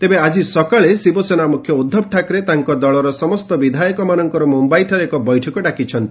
ତେବେ ଆଜି ସକାଳେ ଶିବସେନା ମୁଖ୍ୟ ଉଦ୍ଧବ ଠାକ୍ରେ ତାଙ୍କ ଦଳର ସମସ୍ତ ବିଧାୟକମାନଙ୍କର ମୁମ୍ଭାଇଠାରେ ଏକ ବୈଠକ ଡାକିଛନ୍ତି